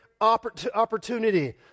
opportunity